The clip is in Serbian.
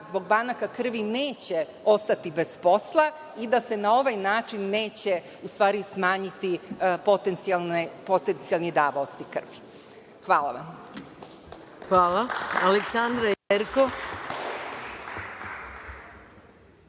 zbog banaka krvi neće ostati bez posla i da se na ovaj način neće smanjiti potencijalni davaoci krvi. Hvala vam. **Maja Gojković** Reč